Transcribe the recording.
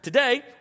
Today